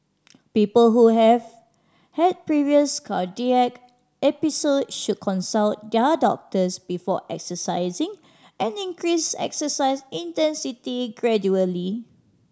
people who have had previous cardiac episode should consult their doctors before exercising and increase exercise intensity gradually